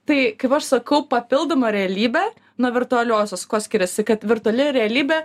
tai kaip aš sakau papildoma realybė nuo virtualiosios kuo skiriasi kad virtuali realybė